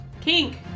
Kink